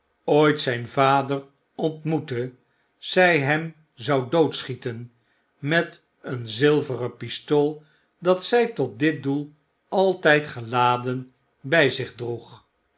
ooit zijn vader ontmoette zij hem zou doodschieten met een zilveren pistool dat zy tot dit doel altyd geladen by zich